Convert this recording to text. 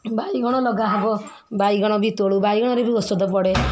ବାଇଗଣ ଲଗା ହେବ ବାଇଗଣ ବି ତୋଳୁ ବାଇଗଣରେ ବି ଔଷଧ ପଡ଼େ